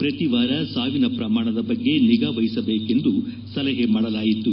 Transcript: ಪ್ರತಿ ವಾರ ಸಾವಿನ ಪ್ರಮಾಣದ ಬಗ್ಗೆ ನಿಗಾ ವಹಿಸಬೇಕೆಂದು ಸೂಚಿಸಲಾಯಿತು